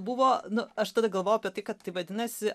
buvo nu aš tada galvojau apie tai kad tai vadinasi